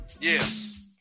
Yes